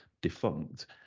defunct